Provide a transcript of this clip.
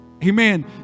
Amen